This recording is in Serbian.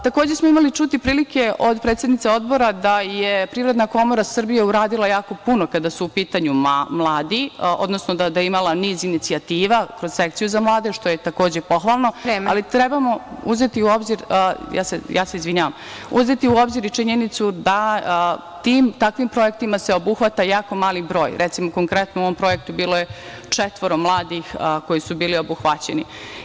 Takođe, smo imali prilike čuti od predsednice odbora da je Privredna komora Srbije uradila jako puno kada su u pitanju mladi, odnosno da je imala niz inicijativa kroz sekciju za mlade, što je takođe pohvalno, ali trebamo uzeti u obzir, ja se izvinjavam, uzeti u obzir i činjenicu da tim i takvim projektima se obuhvata jako mali broj, recimo, konkretno u ovom projektu bilo je četvoro mladih koji su bili obuhvaćeni.